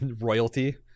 royalty